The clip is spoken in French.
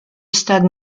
stade